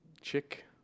chick